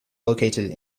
located